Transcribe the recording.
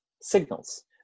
signals